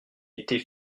était